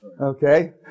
okay